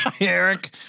Eric